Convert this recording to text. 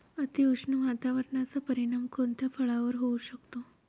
अतिउष्ण वातावरणाचा परिणाम कोणत्या फळावर होऊ शकतो?